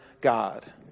God